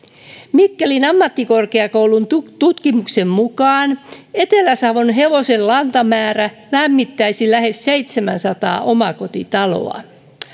mikkelin ammattikorkeakoulun tutkimuksen mukaan etelä savon hevosenlantamäärä lämmittäisi lähes seitsemänsataa omakotitaloa